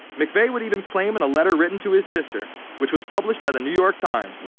mcveigh would even claim in a letter written to his sister, which was published by the new york times,